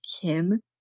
Kim